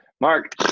Mark